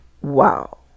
Wow